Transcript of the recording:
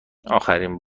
آخرین